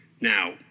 Now